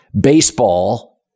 Baseball